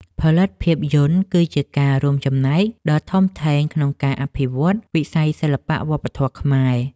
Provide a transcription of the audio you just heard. ផលិតភាពយន្តគឺជាការរួមចំណែកដ៏ធំធេងក្នុងការអភិវឌ្ឍន៍វិស័យសិល្បៈវប្បធម៌ខ្មែរ។